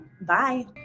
Bye